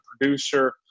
producer